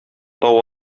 тау